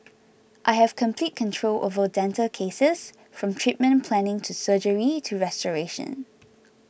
I have complete control over dental cases from treatment planning to surgery to restoration